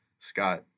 Scott